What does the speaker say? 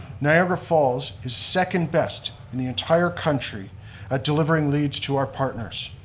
niagara falls is second best in the entire country at delivering leads to our partners.